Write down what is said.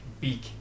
beak